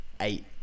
eight